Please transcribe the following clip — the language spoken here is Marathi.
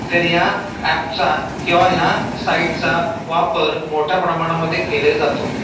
तर ह्या ॲपचा किंवा ह्या साईटचा वापर मोठ्या प्रमाणामध्ये केले जातो